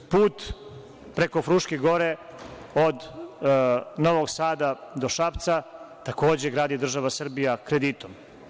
Put preko Fruške gore od Novog Sada do Šapca, takođe gradi država Srbija kreditom.